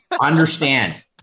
understand